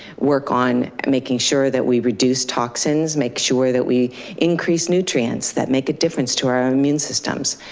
work on making sure that we reduce toxins, make sure that we increase nutrients that make a difference to our immune systems.